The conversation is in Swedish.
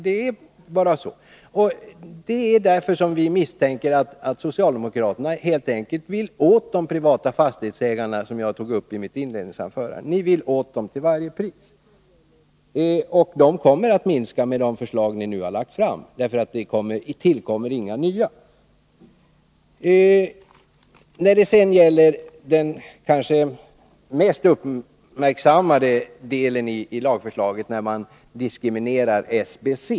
Det är bara så. Det är därför vi misstänker att socialdemokraterna helt enkelt vill åt de privata fastighetsägarna, vilket jag tog upp i mitt inledningsanförande. Ni vill åt dem till varje pris, och de kommer att minska i antal, om det förslag ni nu har lagt fram genomförs, därför att inga nya tillkommer. Den kanske mest uppmärksammade delen i lagförslaget är att man diskriminerar SBC.